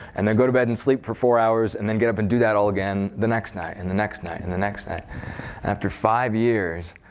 and then go to bed and sleep for four hours, and then get up and do that all again the next night, and the next night, and the next night. and after five years,